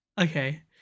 Okay